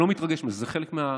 אני לא מתרגש מזה, זה חלק מהטיפול.